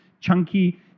chunky